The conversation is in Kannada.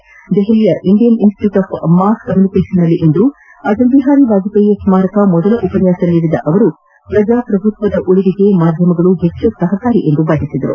ನವದೆಹಲಿಯ ಇಂಡಿಯನ್ ಇನ್ಸ್ಟಿಟ್ಟೂಟ್ ಆಫ್ ಮಾಸ್ಕೆ ಕಮ್ಯೂನಿಕೇಷನ್ನಲ್ಲಿಂದು ಅಟಲ್ ಬಿಹಾರಿ ವಾಜಪೇಯಿ ಸ್ನಾರಕ ಮೊದಲ ಉಪನ್ನಾಸ ನೀಡಿದ ಅವರು ಪ್ರಜಾಪ್ರಭುತ್ವದ ಉಳಿವಿಗೆ ಮಾಧ್ಯಮಗಳು ಹೆಚ್ಚು ಸಹಕಾರಿ ಎಂದು ಅವರು ಬಣ್ಣೆಸಿದ್ದಾರೆ